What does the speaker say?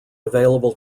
available